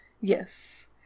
Yes